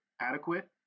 adequate